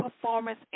performance